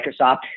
Microsoft